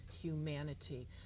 humanity